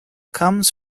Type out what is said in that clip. comes